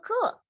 cool